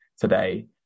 today